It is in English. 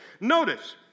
Notice